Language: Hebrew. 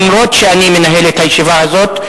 אף-על-פי שאני מנהל את הישיבה הזאת,